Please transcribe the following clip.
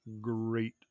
great